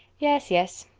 yes, yes,